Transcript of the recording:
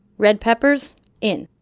red peppers in.